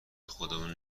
خودمون